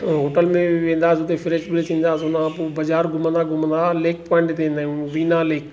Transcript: hotel में वेंदासीं हुते फ्रेश व्रेश थींदासी हुनखां पोइ बाज़ारु घुमंदा घुमंदा लेक पॉइंट ते वेंदा आहियूं वीना लेक